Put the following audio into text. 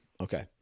okay